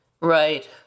Right